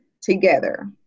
together